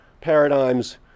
paradigm's